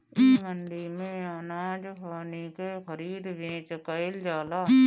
इ मंडी में अनाज पानी के खरीद बेच कईल जाला